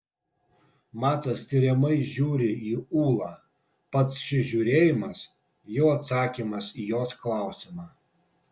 matas tiriamai žiūri į ūlą pats šis žiūrėjimas jau atsakymas į jos klausimą